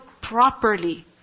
properly